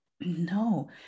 no